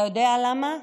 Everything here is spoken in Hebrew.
אתה יודע למה?